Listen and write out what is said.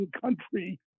country